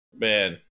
Man